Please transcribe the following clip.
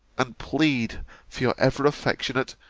and plead for your ever-affectionate,